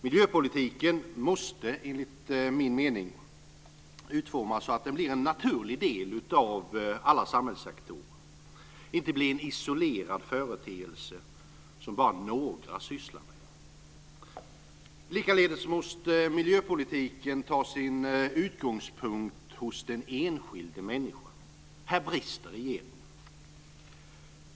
Miljöpolitiken måste, enligt min mening, utformas så att den blir en naturlig del av alla samhällssektorer, inte blir en isolerad företeelse som bara några sysslar med. Likaledes måste miljöpolitiken ta sin utgångspunkt hos den enskilde människan. Här brister regeringen.